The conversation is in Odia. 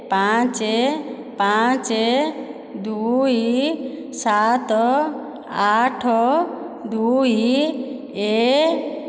ପାଞ୍ଚ ପାଞ୍ଚ ଦୁଇ ସାତ ଆଠ ଦୁଇ ଏ